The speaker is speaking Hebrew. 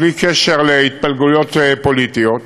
בלי קשר להתפלגויות פוליטיות,